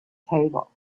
table